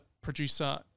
producer